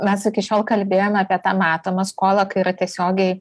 mes iki šiol kalbėjome apie tą matomą skolą kai yra tiesiogiai